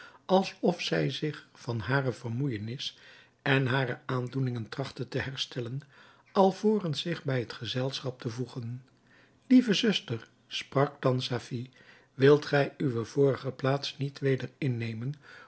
als of zij zich van hare vermoeijenis en hare aandoeningen trachtte te herstellen alvorens zich bij het gezelschap te voegen lieve zuster sprak thans safie wilt gij uwe vorige plaats niet weder innemen